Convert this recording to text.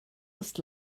ist